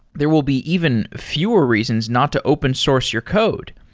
there will be even fewer reasons not to open source your code.